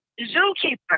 zookeeper